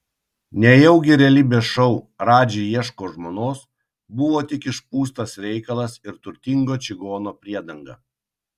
nejaugi realybės šou radži ieško žmonos buvo tik išpūstas reikalas ir turtingo čigono priedanga